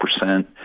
percent